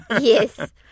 Yes